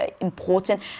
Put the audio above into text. important